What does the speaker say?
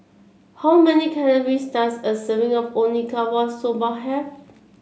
how many calories does a serving of Okinawa Soba have